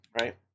right